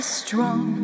strong